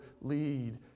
lead